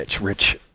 Rich